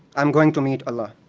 i'm going to meet allah.